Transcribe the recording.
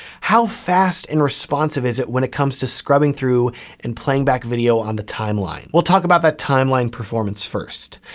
how fast and responsive is it when it comes to scrubbing through and playing back video on the timeline? we'll talk about that timeline performance first.